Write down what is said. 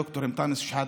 ד"ר אנטאנס שחאדה,